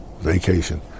vacation